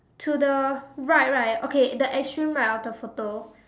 to the right right okay the extreme right of the photo